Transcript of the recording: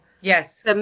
yes